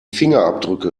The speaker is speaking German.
fingerabdrücke